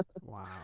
Wow